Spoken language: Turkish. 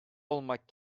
olmak